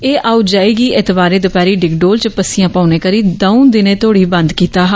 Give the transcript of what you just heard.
एह् आओजाई गी ऐतवारें दपैहरी डिगडोल च पस्सिया पौने करी दऊं दिनें तोड़ी बंद कीती ही